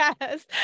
Yes